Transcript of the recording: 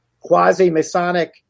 quasi-Masonic